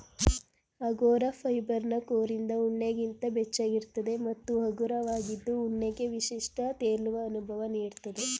angora ಫೈಬರ್ನ ಕೋರಿಂದ ಉಣ್ಣೆಗಿಂತ ಬೆಚ್ಚಗಿರ್ತದೆ ಮತ್ತು ಹಗುರವಾಗಿದ್ದು ಉಣ್ಣೆಗೆ ವಿಶಿಷ್ಟ ತೇಲುವ ಅನುಭವ ನೀಡ್ತದೆ